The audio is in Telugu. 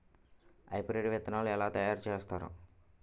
హైబ్రిడ్ విత్తనాన్ని ఏలా తయారు చేస్తారు?